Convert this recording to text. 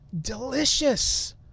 delicious